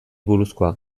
buruzkoa